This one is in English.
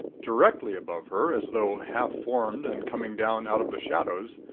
directly above her, as though half-formed and coming down out of the shadows,